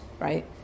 right